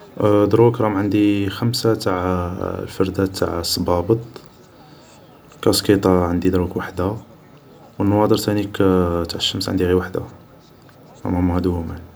دروك راهم عندي خمسا تاع فردات تاع صبابط ، كاسكيطة عندي دروك وحدا و نواضر تانيك تاع الشمس عندي غي وحدا، نورمالمون هادو هومان